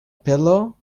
pillow